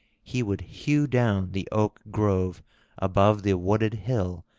he would hew down the oak grove above the wooded hill,